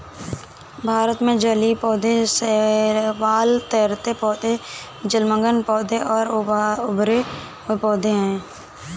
भारत में जलीय पौधे शैवाल, तैरते पौधे, जलमग्न पौधे और उभरे हुए पौधे हैं